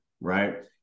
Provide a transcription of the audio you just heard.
right